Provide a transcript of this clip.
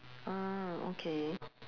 ah okay